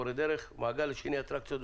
מורי דרך והמעגל השני של אטרקציות,